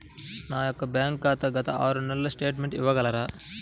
నా యొక్క బ్యాంక్ ఖాతా గత ఆరు నెలల స్టేట్మెంట్ ఇవ్వగలరా?